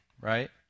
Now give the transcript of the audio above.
right